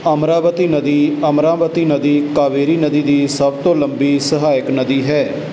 ਅਮਰਾਵਤੀ ਨਦੀ ਅਮਰਾਵਤੀ ਨਦੀ ਕਾਵੇਰੀ ਨਦੀ ਦੀ ਸਭ ਤੋਂ ਲੰਬੀ ਸਹਾਇਕ ਨਦੀ ਹੈ